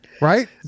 Right